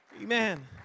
Amen